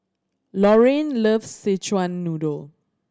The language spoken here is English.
Lorraine loves Szechuan Noodle